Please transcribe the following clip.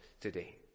today